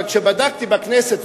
אבל כשבדקתי בכנסת,